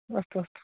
अस्तु अस्तु